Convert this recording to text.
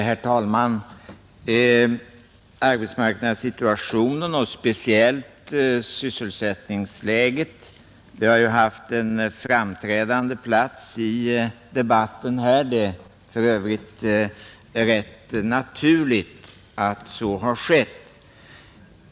Herr talman! Arbetsmarknadssituationen och speciellt sysselsättningsläget har ju haft en framträdande plats i denna debatt, och det är rätt naturligt att så har varit fallet.